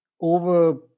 over